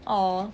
!aww!